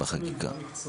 זאת עמדה מקצועית.